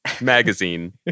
magazine